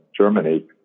Germany